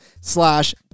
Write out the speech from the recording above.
slash